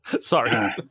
Sorry